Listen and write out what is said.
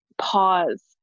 pause